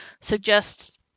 suggests